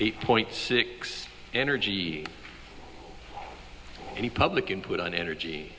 eight point six energy any public input on energy